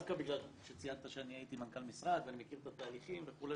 בגלל שציינת שאני הייתי מנכ"ל משרד ואני מכיר את התהליכים וכו',